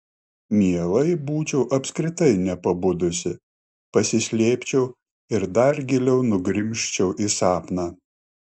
mielai būčiau apskritai nepabudusi pasislėpčiau ir dar giliau nugrimzčiau į sapną